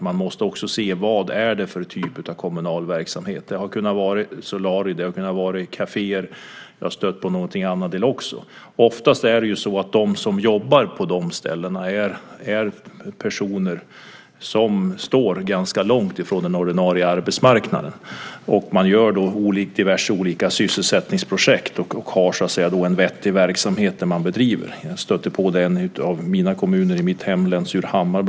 Man måste se vad det är för kommunal verksamhet - det har varit solarier, kaféer eller annat. Oftast är de som jobbar på de ställena sådana personer som står ganska långt från den ordinarie arbetsmarknaden. Man genomför olika sysselsättningsprojekt och bedriver på det här sättet en vettig verksamhet. Jag har stött på detta bland annat i en kommun i mitt hemlän, Surahammar.